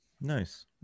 Nice